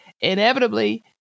Inevitably